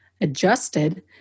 adjusted